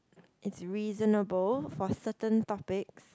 it's reasonable for certain topics